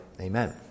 Amen